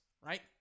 right